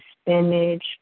spinach